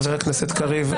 חבר הכנסת קריב,